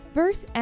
verse